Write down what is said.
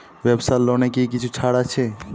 ব্যাবসার লোনে কি কিছু ছাড় আছে?